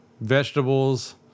vegetables